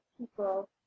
people